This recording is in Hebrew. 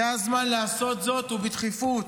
זה הזמן לעשות זאת ובדחיפות.